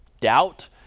doubt